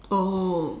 oh